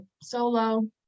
solo